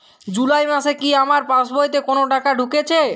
জুলাই মাসে কি আমার পাসবইতে কোনো টাকা ঢুকেছে?